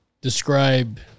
describe